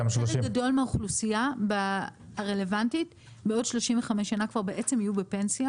חלק גדול מהאוכלוסייה הרלוונטית בעוד 35 שנה כבר בעצם יהיו בפנסיה.